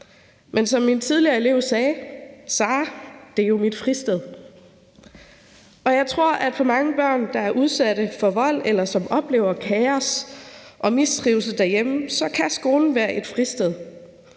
Men som min tidligere elev sagde: Sara, det var jo mit fristed. Jeg tror, at for mange børn, der er udsat for vold, eller som oplever kaos og mistrivsel derhjemme, kan skolen være et fristed.